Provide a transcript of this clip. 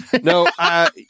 No